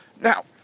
Now